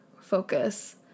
focus